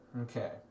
Okay